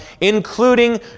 including